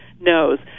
knows